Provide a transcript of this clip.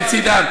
בבקשה.